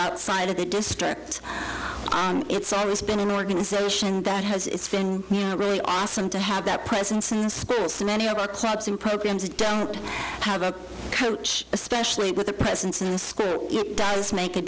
outside of the district it's always been an organization that has it's been really awesome to have that presence in sports many of our clubs and programs don't have a coach especially with a presence in the school it does make a